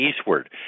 eastward